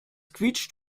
quietscht